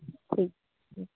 ठीक छै